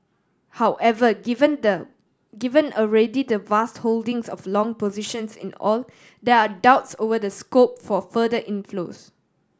however given the given already the vast holdings of long positions in oil there are doubts over the scope for further inflows